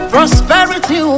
Prosperity